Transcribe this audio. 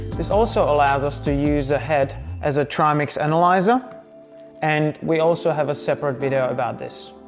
this also allows us to use a head as a trimix analyzer and we also have a separate video about this.